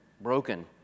broken